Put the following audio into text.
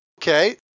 Okay